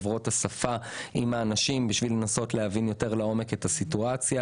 דוברות השפה עם הנשים בשביל להבין יותר לעומק את הסיטואציה.